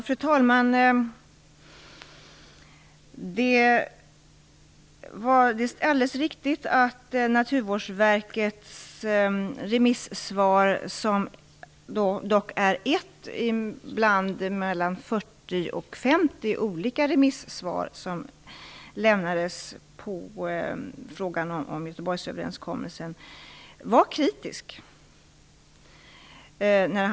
Fru talman! Det är alldeles riktigt att Naturvårdsverkets remissvar, som dock är ett av de 40-50 olika remissvar som lämnades om Göteborgsöverenskommelsen, var kritiskt.